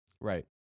Right